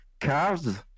cars